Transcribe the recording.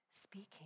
speaking